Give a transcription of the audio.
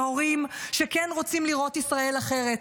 להורים שכן רוצים לראות ישראל אחרת.